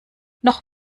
noch